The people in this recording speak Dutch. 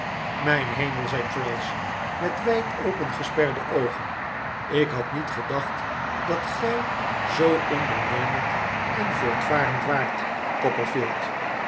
mijn hemel zei traddles met wijd opengesperde oogen ik had niet gedacht dat gij zoo ondernemend en voortvarend waart